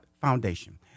Foundation